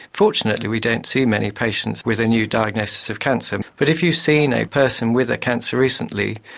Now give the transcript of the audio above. fortunately we don't see many patients with a new diagnosis of cancer, but if you've seen a person with a cancer recently,